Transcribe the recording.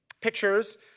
pictures